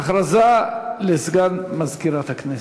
הודעה לסגן מזכירת הכנסת.